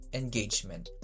engagement